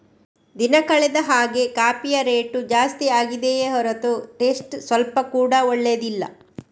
ದಿನ ಕಳೆದ ಹಾಗೇ ಕಾಫಿಯ ರೇಟು ಜಾಸ್ತಿ ಆಗ್ತಿದೆಯೇ ಹೊರತು ಟೇಸ್ಟ್ ಸ್ವಲ್ಪ ಕೂಡಾ ಒಳ್ಳೇದಿಲ್ಲ